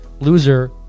Loser